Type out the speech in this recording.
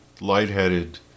lightheaded